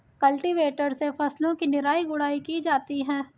cultivator से फसलों की निराई गुड़ाई की जाती है